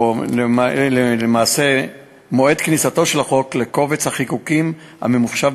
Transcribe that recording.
או למעשה ממועד כניסתו של החוק לקובץ החיקוקים הממוחשב,